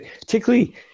Particularly